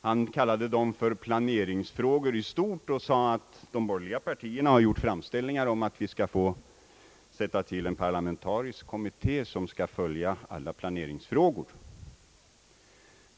Han kallade dem för planeringsfrågor i stort och sade att de borgerliga partierna har gjort famställningar om att det skall tillsättas en parlamentarisk kommitté med uppgift att följa alla planeringsfrågor.